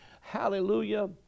hallelujah